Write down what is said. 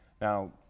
Now